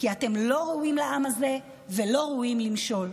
כי אתם לא ראויים לעם הזה ולא ראויים למשול.